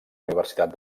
universitat